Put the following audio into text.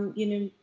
you know,